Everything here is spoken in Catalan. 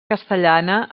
castellana